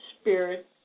spirit